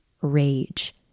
rage